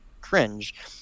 cringe